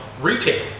retail